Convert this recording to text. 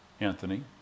Anthony